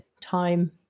time